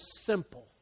simple